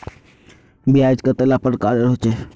ब्याज कतेला प्रकारेर होचे?